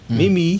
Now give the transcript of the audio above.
mimi